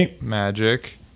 magic